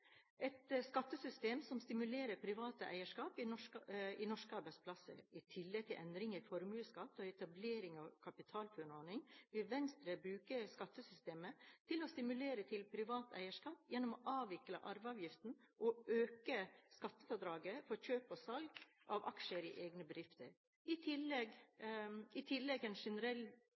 et skattesystem som stimulerer privat eierskap i norske arbeidsplasser. I tillegg til endringer i formuesskatt og etablering av en KapitalFUNN-ordning vil Venstre bruke skattesystemet til å stimulere til privat eierskap gjennom å avvikle arveavgiften og øke skattefradraget for kjøp og salg av aksjer i egen bedrift. I tillegg er generelle virkemidler som forenkling og en